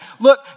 Look